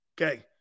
Okay